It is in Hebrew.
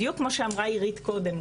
בדיוק כמו שאמרה עירית קודם,